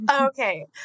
Okay